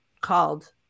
called